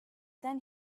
then